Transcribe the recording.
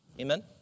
Amen